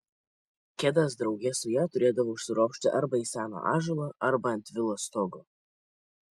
kedas drauge su ja turėdavo užsiropšti arba į seną ąžuolą arba ant vilos stogo